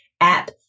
app